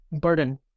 burden